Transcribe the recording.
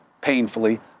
painfully